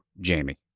Jamie